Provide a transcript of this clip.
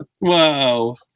Wow